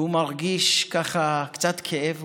והוא מרגיש ככה קצת כאב.